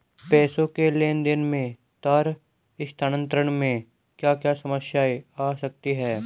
पैसों के लेन देन में तार स्थानांतरण में क्या क्या समस्याएं आ सकती हैं?